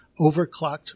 overclocked